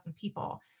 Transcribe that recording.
people